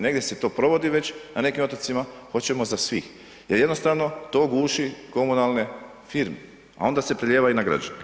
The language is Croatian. Negdje se to provodi već na nekim otocima, hoćemo za svih jer jednostavno to guši komunalne firme a onda se prelijeva i na građane.